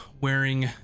wearing